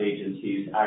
agencies